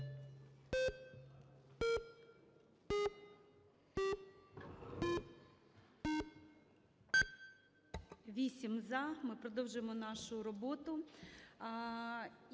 8 - "за". Ми продовжуємо нашу роботу.